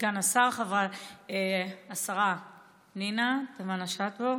סגן השר, השרה פנינה תמנו שטה,